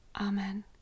Amen